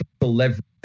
leverage